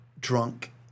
drunk